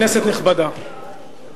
כנסת נכבדה,